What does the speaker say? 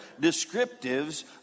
descriptives